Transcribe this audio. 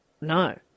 No